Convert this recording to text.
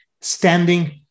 standing